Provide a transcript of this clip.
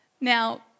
Now